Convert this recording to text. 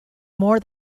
more